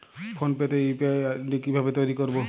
Phone pay তে UPI ID কি ভাবে তৈরি করবো?